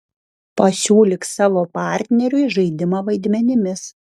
pasiūlyk savo partneriui žaidimą vaidmenimis